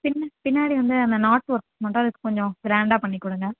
பின்ன பின்னாடி வந்து அந்த நாட் ஒர்க் மட்டும் அதுக்கு கொஞ்சம் க்ராண்டாக பண்ணிக் கொடுங்க